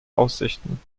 aussichten